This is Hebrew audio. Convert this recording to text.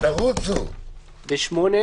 אני חושב שאין טעם להמשיך לדון בה בקונטקסט של